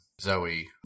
Zoe